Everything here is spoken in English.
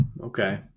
Okay